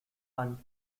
and